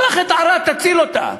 קח את ערד, תציל אותה.